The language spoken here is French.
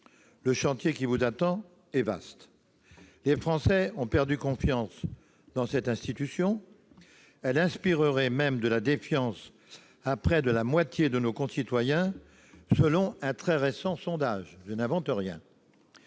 Le chantier qui vous attend est vaste ! Les Français ont perdu confiance dans cette institution. Elle inspirerait même de la défiance à près de la moitié de nos concitoyens selon un très récent sondage ; je n'invente rien.